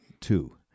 two